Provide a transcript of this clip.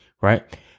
right